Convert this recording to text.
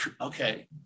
okay